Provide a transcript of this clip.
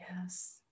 Yes